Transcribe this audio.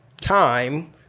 time